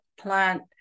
plant